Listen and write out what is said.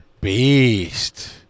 beast